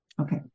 Okay